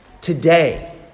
today